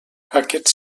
aquests